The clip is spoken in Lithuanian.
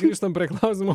grįžtant prie klausimo